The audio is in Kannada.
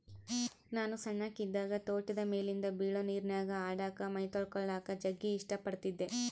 ನಾನು ಸಣ್ಣಕಿ ಇದ್ದಾಗ ತೋಟದಾಗ ಮೇಲಿಂದ ಬೀಳೊ ನೀರಿನ್ಯಾಗ ಆಡಕ, ಮೈತೊಳಕಳಕ ಜಗ್ಗಿ ಇಷ್ಟ ಪಡತ್ತಿದ್ದೆ